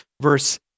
verse